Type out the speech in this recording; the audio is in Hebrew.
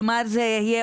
כלומר, זה יהיה